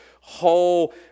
whole